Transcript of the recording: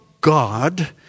God